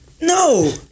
no